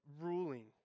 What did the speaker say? ruling